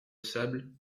sable